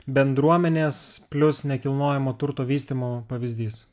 bendruomenės plius nekilnojamo turto vystymo pavyzdys